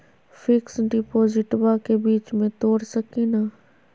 Fix डिपोजिटबा के बीच में तोड़ सकी ना?